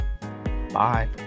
Bye